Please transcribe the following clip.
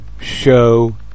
show